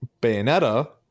Bayonetta